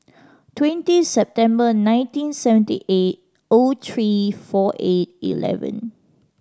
twenty September nineteen seventy eight O three four eight eleven